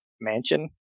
mansion